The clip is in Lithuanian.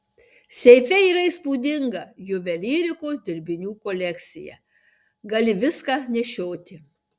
seife yra įspūdinga juvelyrikos dirbinių kolekcija gali viską nešioti